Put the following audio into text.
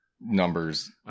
numbers